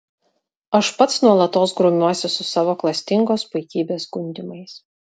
aš pats nuolatos grumiuosi su savo klastingos puikybės gundymais